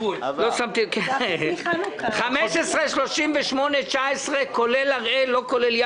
ועדת פריש החליטה שהעם היהודי לא יכול רק לקבל,